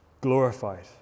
glorified